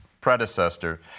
predecessor